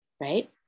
right